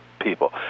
people